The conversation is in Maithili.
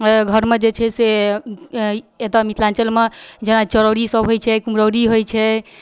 घरमे जे छै से एतौ मिथिलाञ्चलमे जेना चरौरी सब होइ छै कुम्हरौरी होइ छै